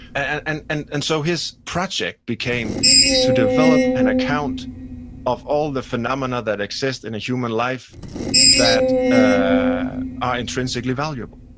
and and so his project became to develop an account of all the phenomena that exists in a human life that ah are intrinsically valuable.